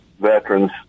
veterans